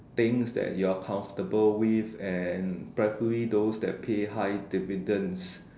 things that you're comfortable with and preferably those that pay high dividends